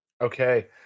Okay